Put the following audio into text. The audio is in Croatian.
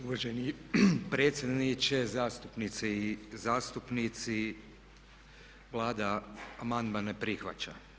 Uvaženi predsjedniče, zastupnice i zastupnici Vlada amandman ne prihvaća.